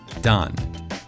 done